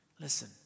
Listen